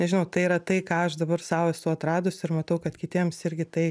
nežinau tai yra tai ką aš dabar sau esu atradus ir matau kad kitiems irgi tai